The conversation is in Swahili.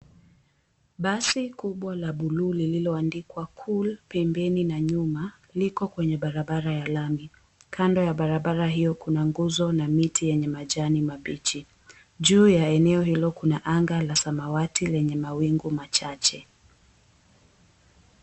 Basi kubwa la buluu lilloandikwa cool pembeni na nyuma, liko kwenye barabara ya lami. Kando ya barabara hiyo kuna nguzo na miti yenye majani mabichi. Juu ya eneo hilo kuna anga la samawati lenye mawingu machache.